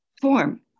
form